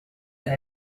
and